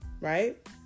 right